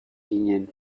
ginen